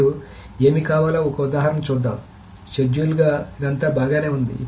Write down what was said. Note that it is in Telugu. ఇప్పుడు ఏమి కావాలో ఒక ఉదాహరణ చూద్దాం షెడ్యూల్గా ఇదంతా బాగానే ఉంది